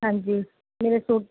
ਹਾਂਜੀ